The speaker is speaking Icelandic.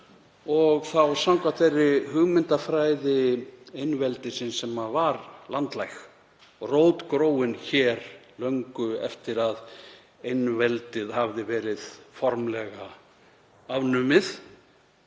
og samkvæmt þeirri hugmyndafræði einveldisins sem var landlæg og rótgróin hér löngu eftir að einveldið hafði verið formlega afnumið.